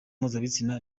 mpuzabitsina